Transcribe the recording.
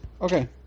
Okay